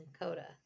Coda